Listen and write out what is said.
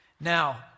Now